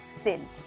sin